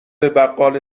بقال